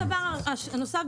הדבר הנוסף,